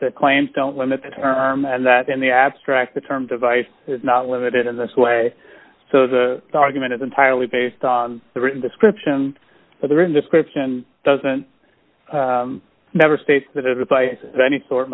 the claims don't limit the term and that in the abstract the term device is not limited in this way so the argument is entirely based on the written description of the room description doesn't matter states that a reply to any sort